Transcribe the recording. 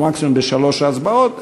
או מקסימום בשלוש ההצבעות,